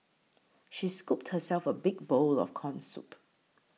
she scooped herself a big bowl of Corn Soup